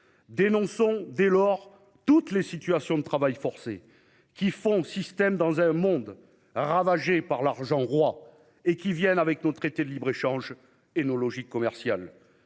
Dénonçons dès lors toutes les situations de travail forcé, qui font système dans un monde ravagé par l'argent-roi et qui apparaissent avec les traités de libre-échange inspirés par nos logiques commerciales.